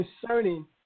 concerning